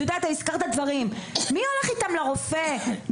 מי הולך איתם לרופא,